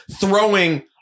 throwing